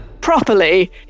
properly